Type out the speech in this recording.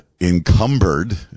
encumbered